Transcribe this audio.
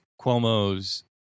Cuomo's